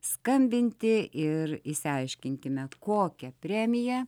skambinti ir išsiaiškinkime kokią premiją